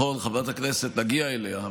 את קרן ברק לא הזכרנו.